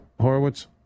Horowitz